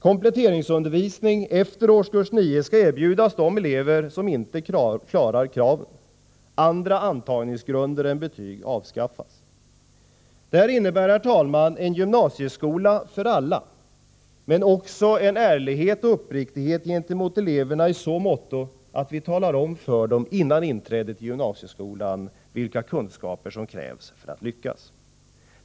Kompletteringsundervisning efter årskurs 9 skall erbjudas de elever som inte klarar kraven. Andra antagningsgrunder än betyg bör avskaffas. Det här innebär, herr talman, en gymnasieskola för alla, men också en ärlighet och uppriktighet gentemot eleverna i så måtto att vi talar om för dem före inträdet i gymnasieskolan vilka kunskaper som krävs för att de skall lyckas.